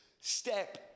step